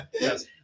Yes